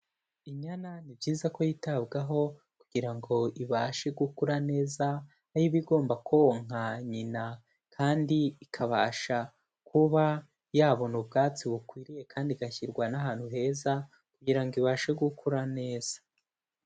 Inyana ni byiza ko yitabwaho kugira ngo ibashe gukura neza aho iba igomba konka nyina kandi ikabasha kuba yabona ubwatsi bukwiriye kandi igashyirwa n'ahantu heza kugira ngo ibashe gukura neza.